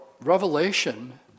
Revelation